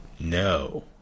No